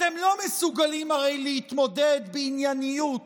אתם לא מסוגלים הרי להתמודד בענייניות